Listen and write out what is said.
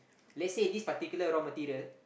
let's say this particular raw material